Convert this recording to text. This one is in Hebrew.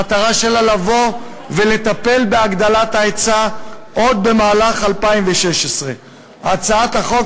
המטרה שלה לטפל בהגדלת ההיצע עוד במהלך 2016. את הצעת החוק